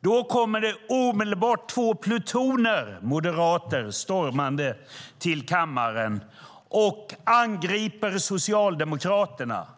Då kommer det omedelbart två plutoner moderater stormande till kammaren och angriper Socialdemokraterna.